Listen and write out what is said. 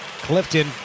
Clifton